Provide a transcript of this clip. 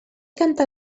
canta